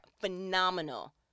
phenomenal